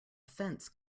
fence